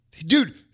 Dude